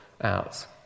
out